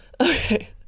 Okay